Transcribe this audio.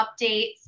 updates